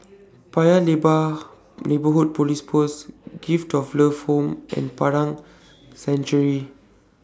Paya Lebar Neighbourhood Police Post Gift of Love Home and Padang Century